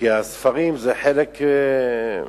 כי הספרים זה חלק מהפרוטוקולים,